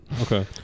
okay